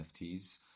NFTs